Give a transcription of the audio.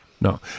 No